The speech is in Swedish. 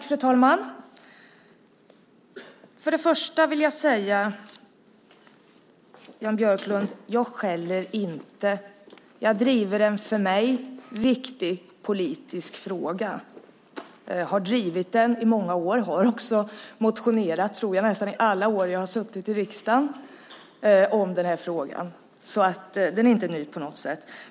Fru talman! Först och främst säga, Jan Björklund, att jag inte skäller. Jag driver en för mig viktig politisk fråga. Jag har drivit den i många år. Jag har också motionerat nästan alla år som jag har suttit i riksdagen om den här frågan. Så den är inte ny på något sätt.